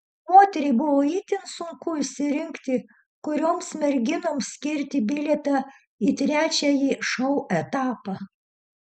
moteriai buvo itin sunku išsirinkti kurioms merginoms skirti bilietą į trečiąjį šou etapą